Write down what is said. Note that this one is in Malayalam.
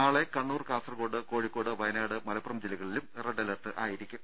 നാളെ കണ്ണൂർ കാസർകോട് കോഴിക്കോട് വയനാട് മലപ്പുറം ജില്ലകളിലും റെഡ് അലർട്ട് ആയിരിക്കും